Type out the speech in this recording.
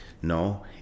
¿no